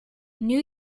new